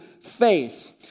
faith